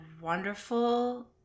wonderful